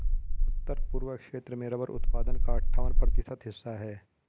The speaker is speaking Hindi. उत्तर पूर्व क्षेत्र में रबर उत्पादन का अठ्ठावन प्रतिशत हिस्सा है